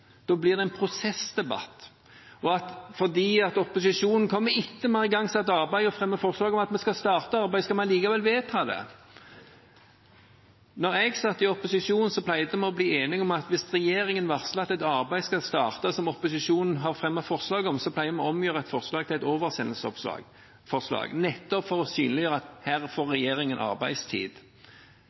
Da blir det en prosessdebatt. Selv om opposisjonen kom etter at vi hadde igangsatt arbeidet og fremmet forslag om at vi skal starte arbeidet, skal vi likevel vedta det. Da jeg satt i opposisjon, pleide vi å bli enige om at hvis regjeringen varslet om at et arbeid skal starte som opposisjonen har fremmet forslag om, så omgjorde vi forslaget til et oversendingsforslag, nettopp for å synliggjøre at her får regjeringen